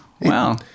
Wow